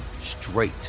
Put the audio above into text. straight